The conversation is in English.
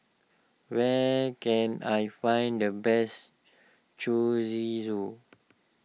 where can I find the best Chorizo